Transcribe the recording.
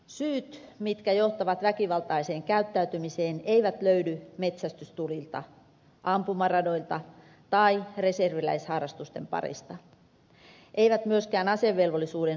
syyt mitkä johtavat väkivaltaiseen käyttäytymiseen eivät löydy metsästystulilta ampumaradoilta tai reserviläisharrastusten parista eivät myöskään asevelvollisuuden suorittamisen ajoilta